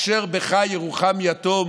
"אֲשֶׁר בְּךָ יְרֻחַם יָתוֹם"